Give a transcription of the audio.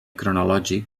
cronològic